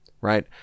right